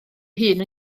hun